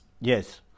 Yes